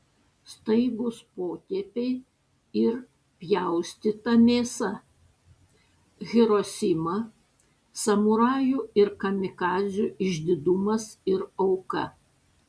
staigūs potėpiai ir pjaustyta mėsa hirosima samurajų ir kamikadzių išdidumas ir auka